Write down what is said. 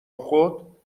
خود